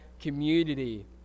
community